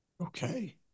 Okay